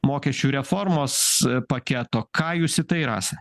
mokesčių reformos paketo ką jūs į tai rasa